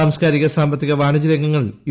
സാംസ്കാരിക സാമ്പത്തിക വാണിജ്യ രംഗങ്ങളിൽ ്യു